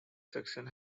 section